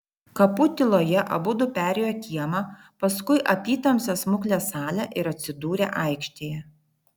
kapų tyloje abudu perėjo kiemą paskui apytamsę smuklės salę ir atsidūrė aikštėje